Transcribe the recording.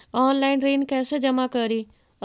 Online ऋण कैसे जमा करी?